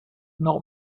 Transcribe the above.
not